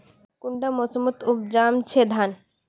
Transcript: कुंडा मोसमोत उपजाम छै धान?